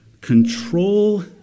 control